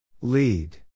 Lead